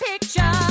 picture